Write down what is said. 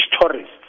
tourists